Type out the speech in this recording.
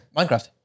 Minecraft